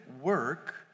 work